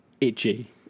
itchy